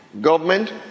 Government